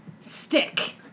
stick